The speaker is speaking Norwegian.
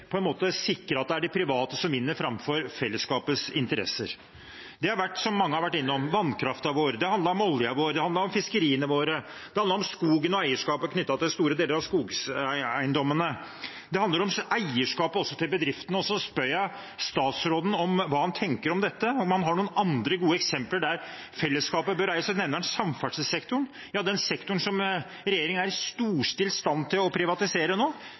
at en ønsker å privatisere, eller sikre at det er de private som vinner, framfor fellesskapets interesser. Det har, som mange har vært innom, handlet om vannkraften vår, det har handlet om oljen vår, det har handlet om fiskeriene våre, og det har handlet om skogen og eierskapet knyttet til store deler av skogseiendommene. Det handler også om eierskapet til bedriftene. Og når jeg spør statsråden hva han tenker om dette, om han har noen andre gode eksempler der fellesskapet bør eie, nevner han samferdselssektoren – den sektoren regjeringen i storstilt stand privatiserer nå,